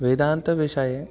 वेदान्तविषये